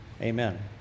amen